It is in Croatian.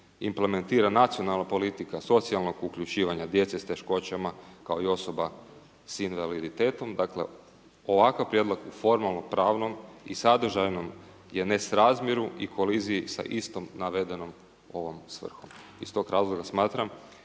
implementira nacionalna politika socijalnog uključivanja djece sa teškoćama kao i osoba sa invaliditetom. Dakle ovakav prijedlog u formalno pravnom i sadržajnom je nesrazmjeru i koliziji sa istom navedenom ovom svrhom. I iz tog razloga smatram